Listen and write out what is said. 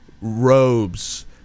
robes